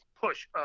push